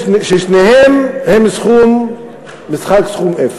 ששניהם הם משחק סכום אפס,